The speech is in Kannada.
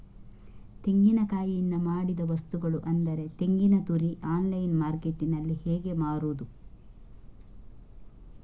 ತೆಂಗಿನಕಾಯಿಯಿಂದ ಮಾಡಿದ ವಸ್ತುಗಳು ಅಂದರೆ ತೆಂಗಿನತುರಿ ಆನ್ಲೈನ್ ಮಾರ್ಕೆಟ್ಟಿನಲ್ಲಿ ಹೇಗೆ ಮಾರುದು?